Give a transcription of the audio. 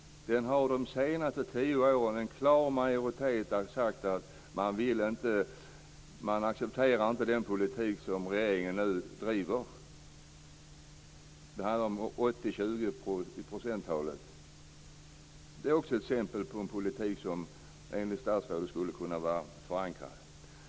En klar majoritet har de senaste tio åren sagt att man inte accepterar den politik som regeringen nu driver. Fördelningen - det handlar om procenttal - är ungefär 80/20. Det är också exempel på en politik som enligt statsrådet skulle kunna vara förankrad.